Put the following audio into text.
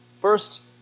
First